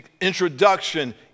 introduction